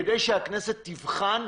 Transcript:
כדי שהכנסת תבחן,